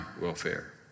welfare